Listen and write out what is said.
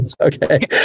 Okay